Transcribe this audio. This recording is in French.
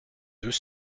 deux